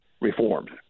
reforms